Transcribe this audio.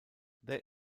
there